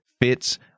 Fits